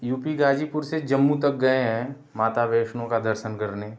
you P Ghazipur से जम्मू तक गए हैं माता वैष्णो का दर्शन करने